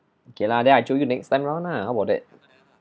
okay lah then I show you next time around lah how about that